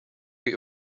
hier